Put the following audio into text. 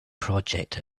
project